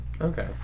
okay